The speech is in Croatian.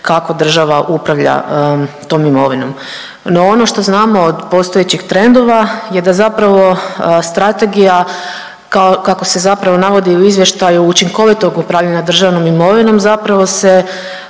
kako država upravlja tom imovinom. No, ono što znamo od postojećih trendova je da zapravo strategija kako se zapravo navodi u izvještaju učinkovitog državnom imovinom zapravo se